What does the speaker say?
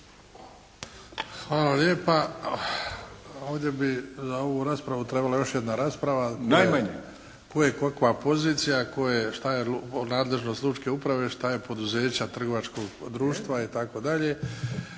Hvala lijepa. Ovdje bi za ovu raspravu trebala još jedna rasprava najmanje, tko je kakva pozicija, tko je šta je nadležnost lučke uprave, šta je poduzeća trgovačkog društva itd.